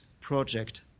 project